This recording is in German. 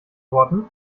worten